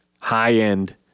high-end